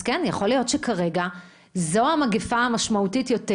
אז יכול להיות שכרגע זו המגיפה המשמעותית יותר,